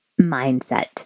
mindset